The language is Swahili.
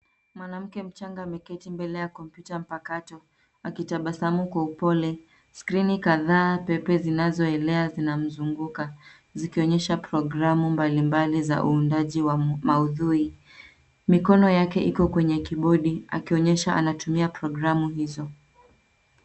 Mwanamke mchanga ameketi mbele ya kompyuta mpakato, akitabasamu kwa upole. Skrini kadhaa, pepe zinazoelea zinamzunguka. Zikionyesha programu mbalimbali za uundaji wa maudhui. Mikono yake iko kwenye kibodi, akionyesha anatumia programu hizo.